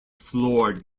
floored